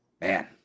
Man